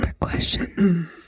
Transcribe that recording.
question